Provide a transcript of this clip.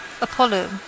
Apollo